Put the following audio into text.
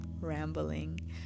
rambling